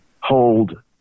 hold